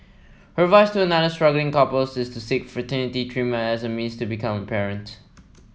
her advice to other struggling couples is to seek fertility treatment as a means to becoming a parent